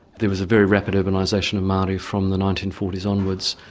there was a very rapid urbanisation of maori from the nineteen forty s onwards,